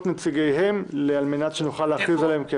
נציגיהן על מנת שנוכל להכריז עליהם.